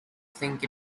think